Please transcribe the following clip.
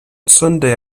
sunday